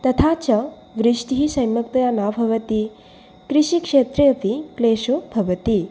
तथा च वृष्टिः सम्यक्तया न भवति कृषिक्षेत्रे अपि क्लेशो भवति